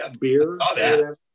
beer